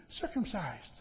circumcised